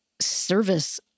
service